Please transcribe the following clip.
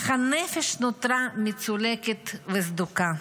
אך הנפש נותרה מצולקת וסדוקה.